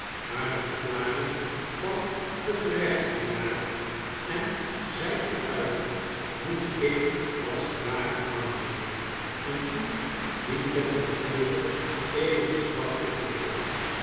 maar de verklaring van den gerechtsdienaar en zijn getuige m o e t ik als de ware aannemen en u dientengevolge eenige straf opleggen